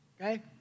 Okay